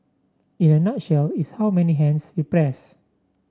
in a nutshell it's how many hands you press